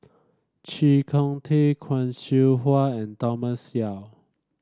Chee Kong Tet Khoo Seow Hwa and Thomas Yeo